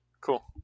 cool